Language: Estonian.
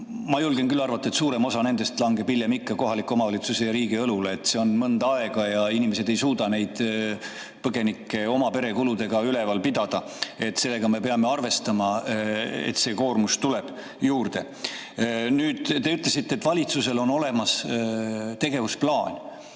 ma julgen küll arvata, et suurem osa nendest langeb hiljem ikka kohaliku omavalitsuse ja riigi õlule. See on [ainult] mõnda aega, sest inimesed ei suuda neid põgenikke oma pere kuludega üleval pidada. Sellega me peame arvestama, et see koormus tuleb juurde. Nüüd, te ütlesite, et valitsusel on olemas tegevusplaan.